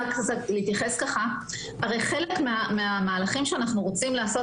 הרי חלק מהמהלכים שאנחנו רוצים לעשות